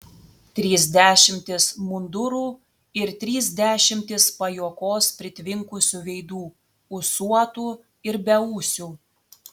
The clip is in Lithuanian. trys dešimtys mundurų ir trys dešimtys pajuokos pritvinkusių veidų ūsuotų ir beūsių